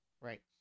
Right